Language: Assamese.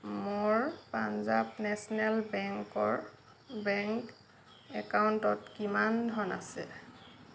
মোৰ পাঞ্জাৱ নেচনেল বেংকৰ বেংক একাউণ্টত কিমান ধন আছে